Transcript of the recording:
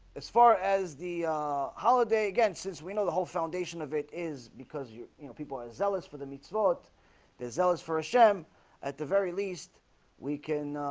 as far as the holiday against this we know the whole foundation of it is because you you know people are zealous for the metes vote they're zealous for a shem at the very least we can